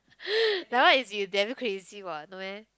that one is you damn crazy what no meh